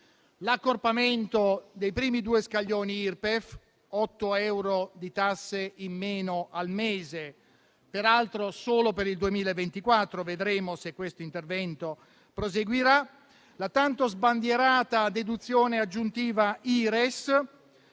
L'accorpamento dei primi due scaglioni Irpef ha prodotto otto euro di tasse in meno al mese, peraltro solo per il 2024 e vedremo se questo intervento proseguirà; la tanto sbandierata deduzione aggiuntiva Ires